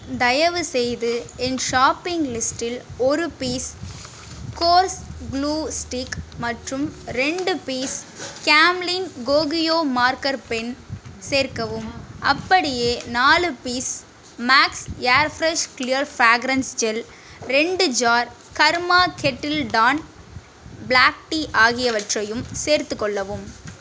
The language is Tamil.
தயவுசெய்து என் ஷாப்பிங் லிஸ்டில் ஒரு பீஸ் கோர்ஸ் க்ளூ ஸ்டிக் மற்றும் ரெண்டு piece Camlin Kokuyo marker pen சேர்க்கவும் அப்படியே நாலு piece Max air fresh clear fragrance gel ரெண்டு ஜார் கர்மா கெட்டில் டான் ப்ளாக் டீ ஆகியவற்றையும் சேர்த்துக்கொள்ளவும்